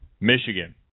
Michigan